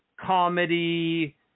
comedy